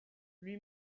lui